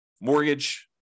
mortgage